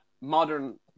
Modern